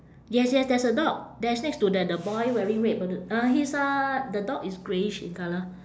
yes yes there's a dog that's next to the the boy wearing red b~ uh he's uh the dog is greyish in colour